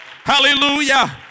Hallelujah